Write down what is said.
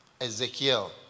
Ezekiel